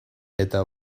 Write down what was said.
eta